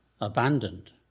abandoned